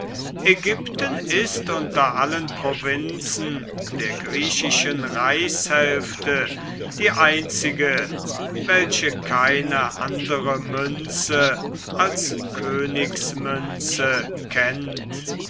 ägypten ist unter allen provinzen der griechischen reichshälfte die einzige welche keine andere münze als königsmünze kennt